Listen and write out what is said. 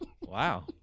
Wow